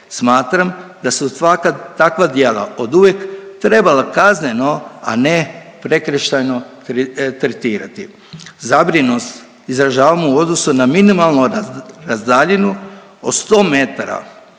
Smatram da su se svaka takva djela oduvijek trebala kazneno, a ne prekršajno tretirati. Zabrinutost izražavamo u odnosu na minimalnu razdaljinu od 100 metara